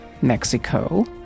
Mexico